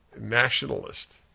nationalist